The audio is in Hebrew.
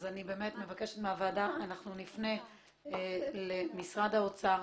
אז אני באמת מבקשת מהוועדה שנפנה למשרד האוצר